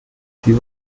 sie